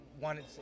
wanted